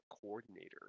coordinator